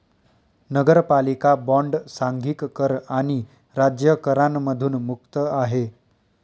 नगरपालिका बॉण्ड सांघिक कर आणि राज्य करांमधून मुक्त आहे